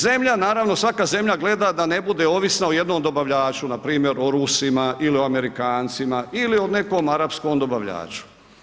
Zemlja naravno, svaka zemlja gleda da ne bude ovisna o jednom dobavljaču, npr. o Rusima ili o Amerikancima ili o nekom arapskom dobavljaču.